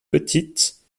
petites